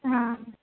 हां